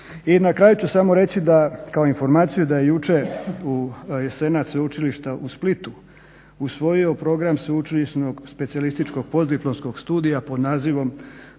I na kraju ću samo reći kao informaciju da je jučer Senat Sveučilišta u Splitu usvojio sveučilišnog specijalističkog postdiplomskog studija pod nazivom